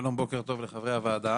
שלום, בוקר טוב לחברי הוועדה.